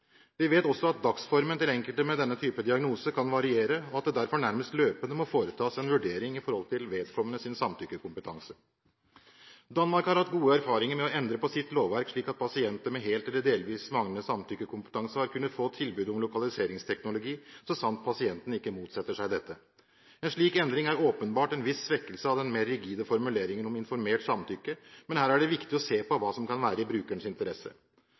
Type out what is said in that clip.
Vi vet også at dagsformen til enkelte med denne type diagnose kan variere, og at det derfor nærmest løpende må foretas en vurdering av vedkommendes samtykkekompetanse. Danmark har hatt gode erfaringer med å endre på sitt lovverk, slik at pasienter med helt eller delvis manglende samtykkekompetanse har kunnet få tilbud om lokaliseringsteknologi så sant pasienten ikke motsetter seg dette. En slik endring er åpenbart en viss svekkelse av den mer rigide formuleringen om informert samtykke, men her er det viktig å se på hva som kan være i brukerens interesse.